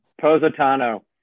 Positano